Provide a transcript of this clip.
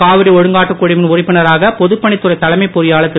காவிரி ஒழுங்காற்றுக் குழுவின் உறுப்பினராக பொதுப் பணித்துறை தலைமை பொறியாளர் திரு